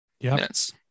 minutes